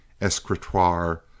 escritoire